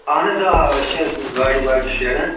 اَہن حظ آ أسۍ چھِ حظ گاڑِ واڑِ شیران